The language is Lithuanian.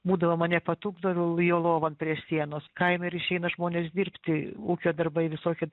būdavo mane patupdo jo lovon prie sienos kaime ir išeina žmonės dirbti ūkio darbai visokie